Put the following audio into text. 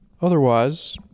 Otherwise